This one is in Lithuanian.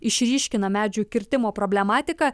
išryškina medžių kirtimo problematiką